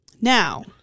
Now